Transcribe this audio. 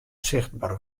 sichtber